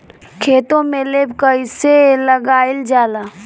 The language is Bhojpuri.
खेतो में लेप कईसे लगाई ल जाला?